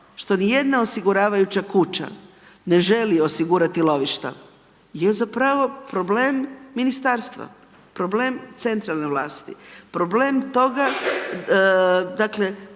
što ni jedna osiguravajuća kuća ne želi osigurati lovišta, je zapravo problem Ministarstva, problem centralne vlasti, problem toga dakle,